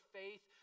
faith